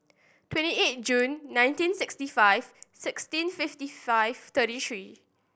twenty eight June nineteen sixty five sixteen fifty five thirty three